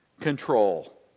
control